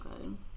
good